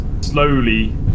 slowly